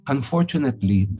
Unfortunately